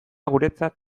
guretzat